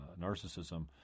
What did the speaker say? narcissism